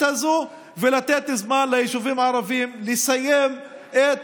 הזאת ולתת זמן ליישובים הערביים לסיים את